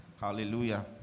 Hallelujah